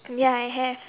ya I have